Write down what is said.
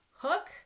Hook